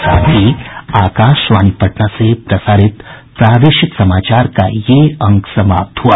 इसके साथ ही आकाशवाणी पटना से प्रसारित प्रादेशिक समाचार का ये अंक समाप्त हुआ